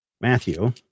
Matthew